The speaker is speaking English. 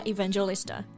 Evangelista